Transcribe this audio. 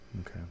Okay